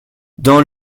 dans